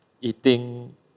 eating